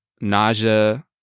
nausea